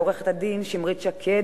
לעורכת-הדין שמרית שקד,